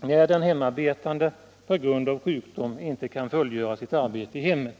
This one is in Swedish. när den hemarbetande på grund av sjukdom inte kan fullgöra sitt arbete i hemmet.